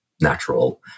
natural